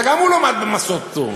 וגם הוא למד במוסדות פטור.